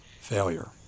Failure